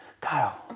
Kyle